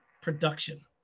production